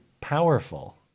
powerful